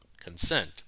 consent